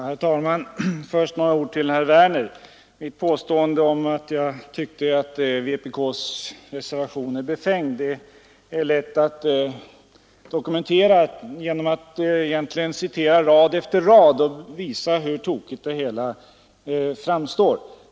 Herr talman! Först några ord till herr Werner i Tyresö. Mitt påstående att vpk-reservationen förefaller befängd är lätt att verifiera genom att citera rad efter rad och visa hur tokigt det hela framstår.